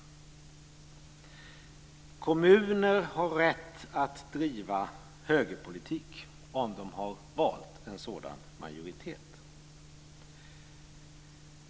Kommuner har rätt att driva högerpolitik, om de har valt en sådan majoritet.